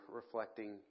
reflecting